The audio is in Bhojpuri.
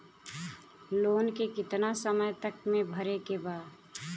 लोन के कितना समय तक मे भरे के बा?